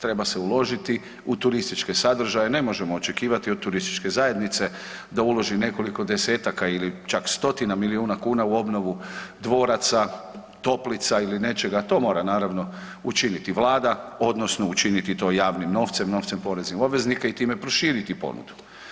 Treba se uložiti u turističke sadržaje ne možemo očekivati od TZ da uloži nekoliko desetaka ili čak stotina milijuna kuna u obnovu dvoraca, toplica ili nečega, to mora učiniti Vlada odnosno učiniti to javnim novcem, novcem poreznih obveznika i time proširiti ponudu.